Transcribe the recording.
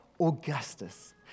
Augustus